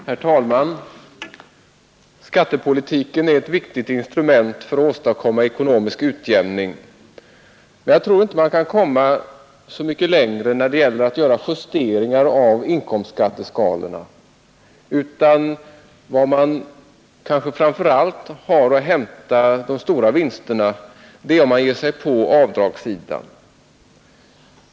Herr talman! Skattepolitiken är ett viktigt instrument för att åstadkomma ekonomisk utjämning. Men jag tror inte att man kan komma så mycket längre när det gäller att göra ytterligare justeringar av inkomstskatteskalorna, utan var man framför allt har att hämta de stora vinsterna är på avdragssidan.